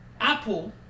Apple